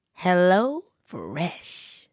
HelloFresh